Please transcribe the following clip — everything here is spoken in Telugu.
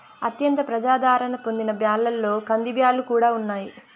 అత్యంత ప్రజాధారణ పొందిన బ్యాళ్ళలో కందిబ్యాల్లు కూడా ఉన్నాయి